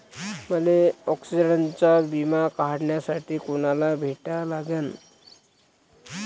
मले ॲक्सिडंटचा बिमा काढासाठी कुनाले भेटा लागन?